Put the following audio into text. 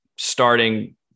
Starting